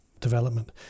development